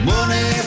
Money